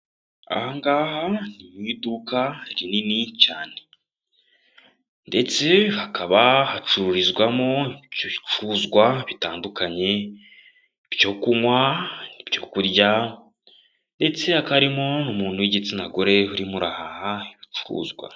Aha ngaha ni mu iduka rinini cyane ndetse hakaba hacururizwamo ibicuruzwa bitandukanye ibyo kunywa, ibyo kurya ndetse hakaba harimo n'umuntu w'igitsina gore urimo araha ibicuzwa.